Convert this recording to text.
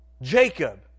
Jacob